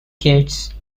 gates